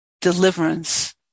deliverance